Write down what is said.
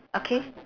okay